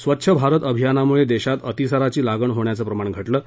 स्वच्छ भारत अभियानामुळं देशात अतिसाराची लागण होण्याचं प्रमाण घटलं आहे